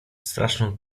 straszną